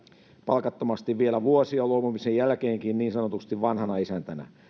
palkattomasti vielä vuosia luopumisen jälkeenkin niin sanotusti vanhana isäntänä